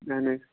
اَہَن حظ